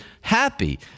happy